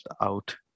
out